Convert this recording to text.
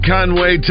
Conway